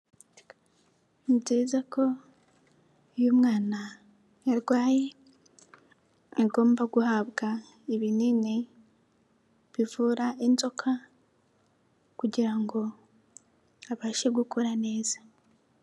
Ni byiza ko uyo umwana yarwaye aba agomba guhabwa ibinini bivura inzoka kugira ngo abashe gukura neza.